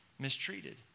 mistreated